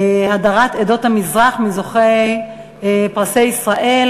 הדרת עדות המזרח מזוכי פרסי ישראל,